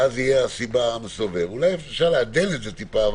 אולי אפשר לעדן את זה טיפה.